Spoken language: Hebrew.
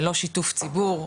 ללא שיתוף ציבור,